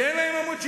שאין להם עמוד שדרה,